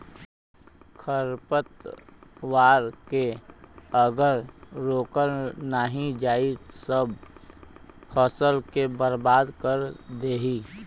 खरपतवार के अगर रोकल नाही जाई सब फसल के बर्बाद कर देई